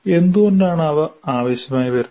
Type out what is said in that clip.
എന്തുകൊണ്ടാണ് അവ ആവശ്യമായി വരുന്നത്